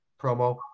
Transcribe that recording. promo